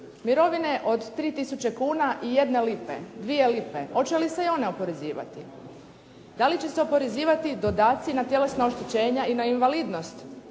Mirovine od 3 tisuće kuna i jedne lipe, dvije lipe. Hoće li se i one oporezivati? Da li će se oporezivati dodaci na tjelesna oštećenja i na invalidnost,